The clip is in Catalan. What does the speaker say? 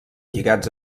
lligats